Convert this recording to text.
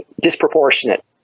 disproportionate